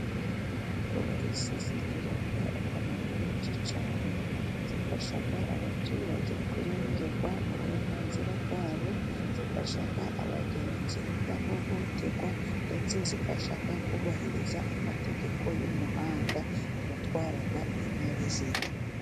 Porisi zigira akamaro kenshi cyane, zifasha abaturage kurengerwa n'uburenganzira bwabo, zifasha abagenzi kudahohoterwa, ndetse zifasha kubahiriza amategeko y'umuhanda ku batwara ibinyabiziga.